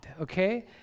okay